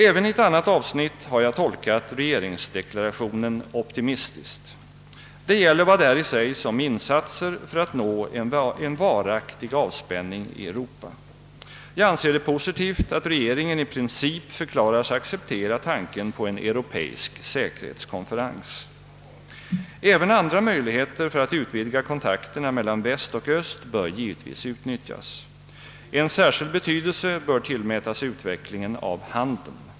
Även i ett annat avsnitt har jag tolkat regeringsdeklarationen optimistiskt. Det gäller vad däri sägs om insatser för att uppnå en varaktig avspänning i Europa. Jag anser det positivt att regeringen där i princip säger sig acceptera tanken på en europeisk säkerhetskonferens. Även andra möjligheter för att utvidga kontakterna mellan öst och väst bör givetvis utnyttjas. Särskild betydelse bör tillmätas utvecklingen av handeln.